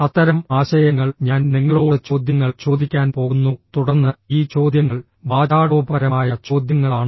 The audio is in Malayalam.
അത്തരം ആശയങ്ങൾ ഞാൻ നിങ്ങളോട് ചോദ്യങ്ങൾ ചോദിക്കാൻ പോകുന്നു തുടർന്ന് ഈ ചോദ്യങ്ങൾ വാചാടോപപരമായ ചോദ്യങ്ങളാണ്